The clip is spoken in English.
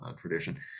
tradition